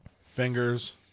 fingers